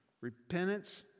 repentance